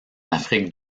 afrique